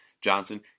Johnson